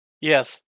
Yes